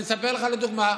אספר לך לדוגמה,